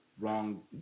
Wrong